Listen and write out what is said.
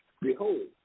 Behold